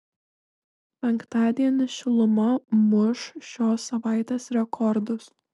penktadienį šiluma muš šios savaitės rekordus